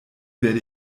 werde